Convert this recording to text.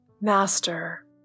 Master